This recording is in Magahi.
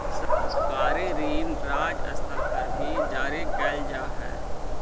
सरकारी ऋण राज्य स्तर पर भी जारी कैल जा हई